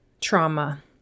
trauma